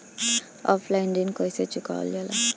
Offline ऋण कइसे चुकवाल जाला?